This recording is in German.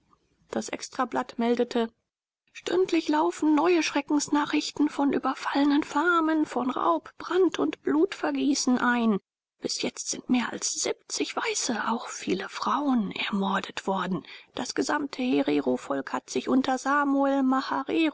das extrablatt meldete stündlich laufen neue schreckensnachrichten von überfallenen farmen von raub brand und blutvergießen ein bis jetzt sind mehr als siebzig weiße auch viele frauen ermordet worden das gesamte hererovolk hat sich unter samuel